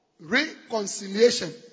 reconciliation